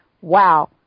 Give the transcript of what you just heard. wow